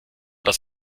dass